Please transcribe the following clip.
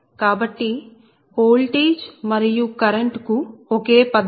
కాబట్టి ఓల్టేజ్ మరియు కరెంట్ కు ఒకే పద్ధతి